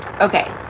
Okay